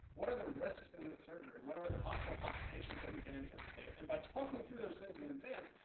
what are the risks in this surgery? what are the possible complications that we can anticipate? and by talking through those things in advance,